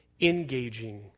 Engaging